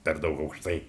per daug aukštai